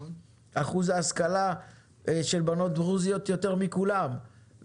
אחוז ההשכלה של בנות דרוזיות הוא גבוה יותר מכולם.